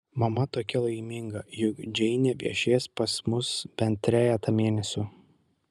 mama tokia laiminga juk džeinė viešės pas mus bent trejetą mėnesių